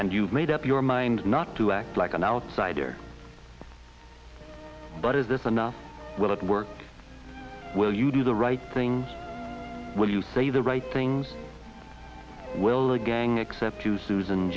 and you've made up your mind not to act like an outsider but is this enough will it work will you do the right things when you say the right things will the gang accept you susan